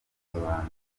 kinyarwanda